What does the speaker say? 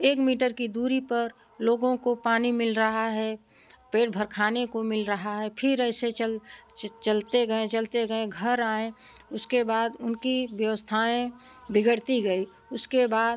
एक मीटर की दूरी पर लोगों को पानी मिल रहा है पेट भर खाने को मिल रहा है फिर ऐसे चल चलते गए चलते गए घर आए उसके बाद उनकी व्यवस्थाएँ बिगड़ती गई उसके बाद